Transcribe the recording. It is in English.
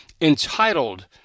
entitled